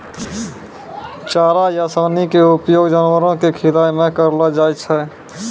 चारा या सानी के उपयोग जानवरों कॅ खिलाय मॅ करलो जाय छै